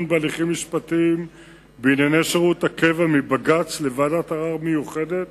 בהליכים משפטיים בענייני שירות הקבע מבג"ץ לוועדת ערר מיוחדת